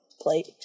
plate